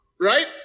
right